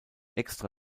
extra